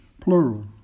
plural